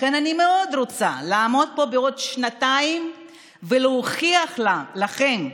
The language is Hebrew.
לכן אני מאוד רוצה לעמוד פה בעוד שנתיים ולהוכיח לכם,